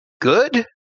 good